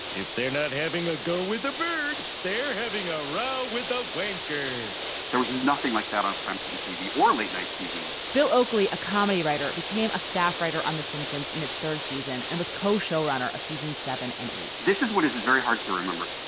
if they're not having a go with a bird they're having a row with a wanker there was nothing like that on prime time tv or late night tv bill oakley a comedy writer became a staff writer on the simpsons in its third season and was co showrunner of season seven and eight point this is what is is very hard to remember.